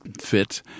fit